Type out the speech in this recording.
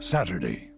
Saturday